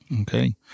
okay